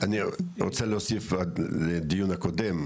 אני רוצה להוסיף לגבי הדיון הקודם,